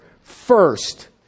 first